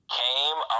came